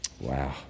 Wow